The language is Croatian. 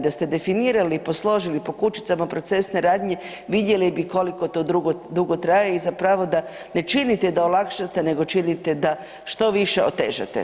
Da ste definirali, posložili po kućicama procesne radnje vidjeli bi koliko to dugo traje i zapravo da ne činite da olakšate nego činite da što više otežate.